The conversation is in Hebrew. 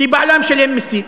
כי בעלה משלם מסים,